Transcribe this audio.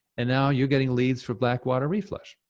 and now you're getting leads for black water reflush.